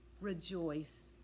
rejoice